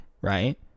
right